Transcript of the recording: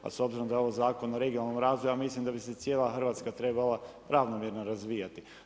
A s obzirom da je ovo Zakon o regionalnom razvoju ja mislim da bi se cijela Hrvatska trebala ravnomjerno razvijati.